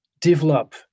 develop